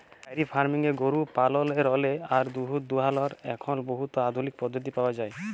diary ফার্মিংয়ে গরু পাললেরলে আর দুহুদ দুয়ালর এখল বহুত আধুলিক পদ্ধতি পাউয়া যায়